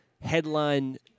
headline